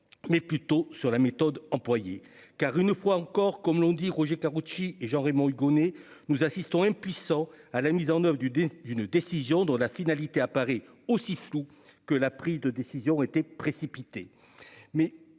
mais plutôt sur la méthode employée, car une fois encore, comme l'on dit Roger Karoutchi Jean-Raymond Hugonet nous assistons, impuissants, à la mise en oeuvre du d'une décision dont la finalité à Paris aussi floues que la prise de décision aurait été précipitée